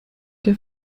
der